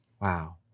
Wow